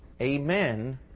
amen